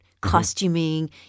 costuming